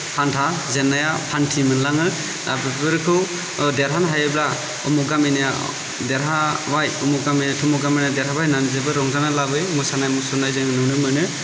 फान्था जेननाया फान्थि मोनलाङो बेफोरखौ देरहानो हायोब्ला अमुख गामिनिया देरहाबाय अमुख गामि थमुख गामिनिया देरहाबाय होननानै जोबोर रंजानाय लाबोयो मोसानाय मुसुरनाय जों नुनो मोनो